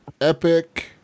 Epic